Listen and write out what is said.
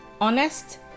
honest